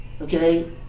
Okay